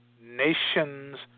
nations